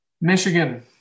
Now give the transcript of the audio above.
Michigan